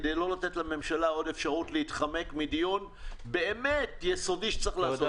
כדי לא לתת לממשלה עוד אפשרות להתחמק מדיון יסודי שצריך לעשות.